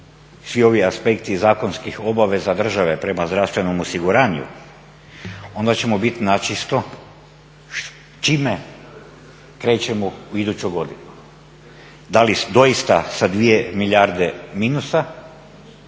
svi ovi aspekti zakonskih obaveza države prema zdravstvenom osiguranju onda ćemo bit načisto čime krećemo u iduću godinu, da li doista sa 2 milijarde minusa,